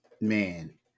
man